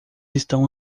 estão